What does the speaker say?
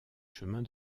chemins